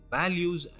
values